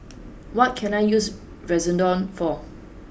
what can I use Redoxon for